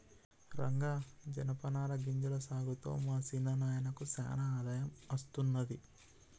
రంగా జనపనార గింజల సాగుతో మా సిన్న నాయినకు సానా ఆదాయం అస్తున్నది